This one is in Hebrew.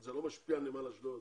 זה לא משפיע על נמל אשדוד,